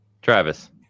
Travis